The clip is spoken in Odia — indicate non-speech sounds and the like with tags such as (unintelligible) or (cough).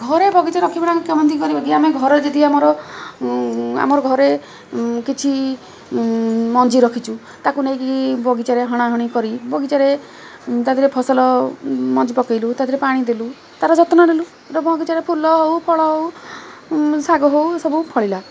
ଘରେ ବଗିଚା (unintelligible) କରିବେ କି ଆମେ ଘରେ ଯଦି ଆମର ଆମର ଘରେ କିଛି ମଞ୍ଜି ରଖିଛୁ ତାକୁ ନେଇକି ବଗିଚାରେ ହଣା ହଣି କରି ବଗିଚାରେ ତା' ଦେହେରେ ଫସଲ ମଞ୍ଜି ପକେଇଲୁ ତା'ଦେହେରେ ପାଣି ଦେଲୁ ତାର ଯତ୍ନ ନେଲୁ ବଗିଚାରେ ଫୁଲ ହଉ ଫଳ ହଉ ଶାଗ ହଉ ସବୁ ଫଳିଲା